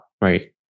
right